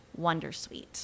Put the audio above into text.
Wondersuite